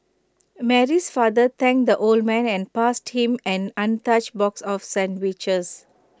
Mary's father thanked the old man and passed him an untouched box of sandwiches